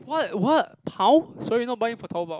what what how so you not buying from Taobao